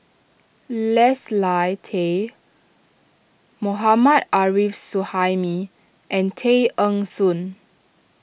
Leslie Tay Mohammad Arif Suhaimi and Tay Eng Soon